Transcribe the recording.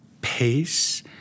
pace